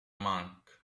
monk